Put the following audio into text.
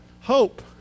Hope